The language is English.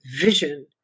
vision